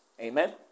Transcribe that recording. Amen